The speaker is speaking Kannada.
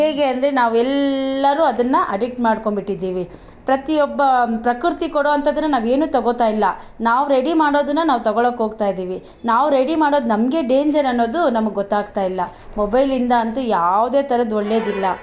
ಹೇಗೆ ಅಂದರೆ ನಾವೆಲ್ಲರು ಅದನ್ನು ಅಡಿಕ್ಟ್ ಮಾಡ್ಕೊಂಡ್ಬಿಟ್ಟಿದ್ದೀವಿ ಪ್ರತಿಯೊಬ್ಬ ಪ್ರಕೃತಿ ಕೊಡುವಂಥದನ್ನು ನಾವೇನು ತೊಗೋತಾ ಇಲ್ಲ ನಾವು ರೆಡಿ ಮಾಡೋದನ್ನು ನಾವು ತೊಗೊಳೊಕೊಗ್ತಾಯಿದ್ದೀವಿ ನಾವು ರೆಡಿ ಮಾಡೋದು ನಮಗೆ ಡೇಂಜರ್ ಅನ್ನೋದು ನಮ್ಗೆ ಗೊತ್ತಾಗ್ತಾಯಿಲ್ಲ ಮೊಬೈಲಿಂದ ಅಂತೂ ಯಾವುದೇ ಥರದ್ದು ಒಳ್ಳೆದಿಲ್ಲ